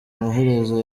amaherezo